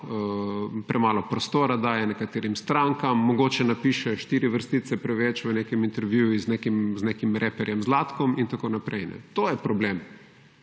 premalo prostora dajejo nekaterim strankam, mogoče napišejo 4 vrstice preveč v nekem intervjuju z nekim raperjem Zlatkom in tako naprej. To je problem,